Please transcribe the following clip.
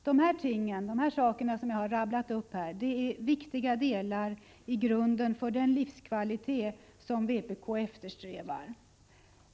De här sakerna som jag har radat upp är viktiga delar av grunden för den livskvalitet som vpk eftersträvar.